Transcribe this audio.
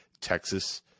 Texas